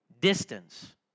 distance